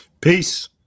Peace